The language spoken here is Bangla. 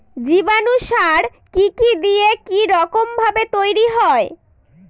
জীবাণু সার কি কি দিয়ে কি রকম ভাবে তৈরি হয়?